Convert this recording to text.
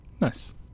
nice